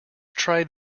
try